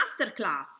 masterclass